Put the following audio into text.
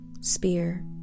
spear